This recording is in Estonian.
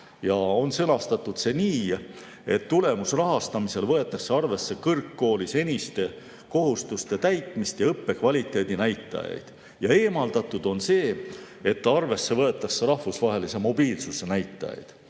See on sõnastatud nii, et tulemusrahastamisel võetakse arvesse kõrgkooli seniste kohustuste täitmist ja õppekvaliteedi näitajaid. Ja eemaldatud on see, et arvesse võetakse rahvusvahelise mobiilsuse näitajaid.